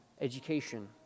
education